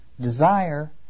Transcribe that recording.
Desire